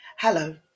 Hello